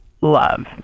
love